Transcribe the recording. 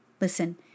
Listen